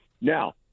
Now